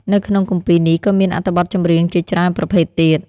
នៅក្នុងគម្ពីរនេះ ក៏មានអត្ថបទចម្រៀងជាច្រើនប្រភេទទៀត។